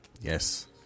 Yes